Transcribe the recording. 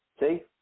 See